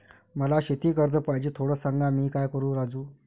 मला शेती कर्ज पाहिजे, थोडं सांग, मी काय करू राजू?